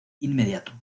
inmediato